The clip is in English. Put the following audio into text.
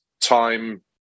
time